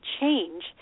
Change